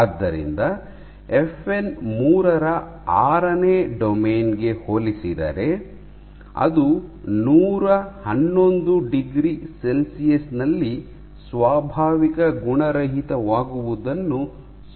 ಆದ್ದರಿಂದ ಎಫ್ಎನ್ 3 ರ ಆರನೇ ಡೊಮೇನ್ ಗೆ ಹೋಲಿಸಿದರೆ ಅದು 111 ಡಿಗ್ರಿ ಸೆಲ್ಸಿಯಸ್ ನಲ್ಲಿ ಸ್ವಾಭಾವಿಕ ಗುಣರಹಿತವಾಗುವುದನ್ನು ಸೂಚಿಸುತ್ತದೆ